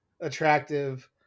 attractive